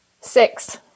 Six